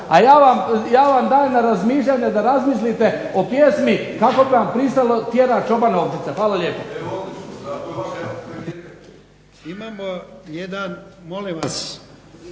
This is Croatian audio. A ja vam dajem na razmišljanje da razmislite o pjesmi kako bi vam pristajalo "Tjera čoban ovčice". Hvala lijepo. **Jarnjak, Ivan